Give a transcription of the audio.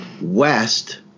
West